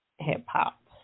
hip-hop